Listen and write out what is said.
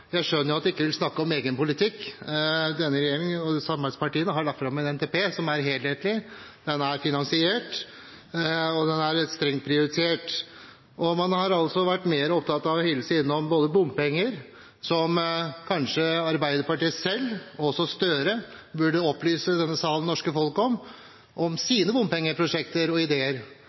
Jeg skjønner at de ikke vil snakke om egen politikk. Denne regjeringen og samarbeidspartiene har lagt fram en NTP som er helhetlig, den er finansiert, og den er strengt prioritert. Man har vært mer opptatt av å være innom f.eks. bompenger. Kanskje Arbeiderpartiet selv – også representanten Gahr Støre – burde opplyse denne salen og det norske folk om sine bompengeprosjekter og ideer,